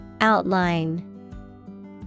Outline